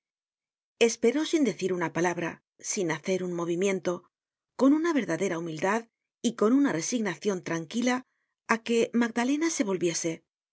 esperó sin decir una palabra sin hacer un movimiento con una verdadera humildad y con una resignacion tranquila áque magdalena se volviese